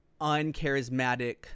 uncharismatic-